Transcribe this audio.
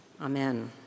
Amen